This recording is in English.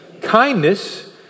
kindness